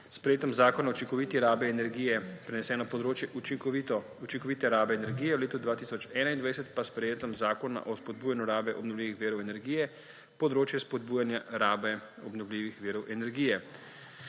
sprejetjem Zakona o učinkoviti rabi energije preneseno področje učinkovite rabe energije, v letu 2021 pa s sprejetjem Zakona o spodbujanju rabe obnovljivih virov energije področje spodbujanja rabe obnovljivih virov energije.